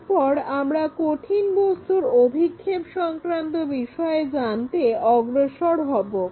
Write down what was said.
তারপর আমরা কঠিন বস্তুর অভিক্ষেপ সংক্রান্ত বিষয়ে জানতে অগ্রসর হবো